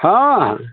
हँ